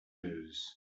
news